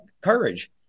courage